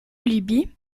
libye